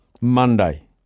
Monday